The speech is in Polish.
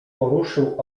poruszył